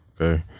Okay